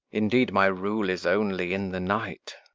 indeed, my rule is only in the night.